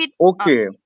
okay